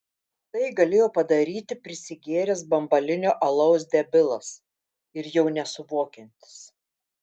tai galėjo padaryti prisigėręs bambalinio alaus debilas ir jau nesuvokiantis